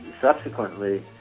subsequently